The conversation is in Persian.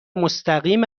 مستقیم